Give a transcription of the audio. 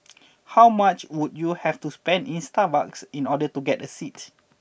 how much would you have to spend in Starbucks in order to get a seat